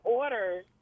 orders